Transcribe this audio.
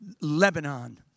Lebanon